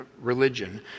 religion